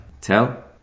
Tell